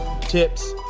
tips